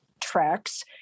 tracks